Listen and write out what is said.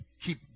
Keep